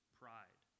pride